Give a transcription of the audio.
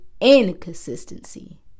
inconsistency